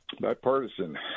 bipartisan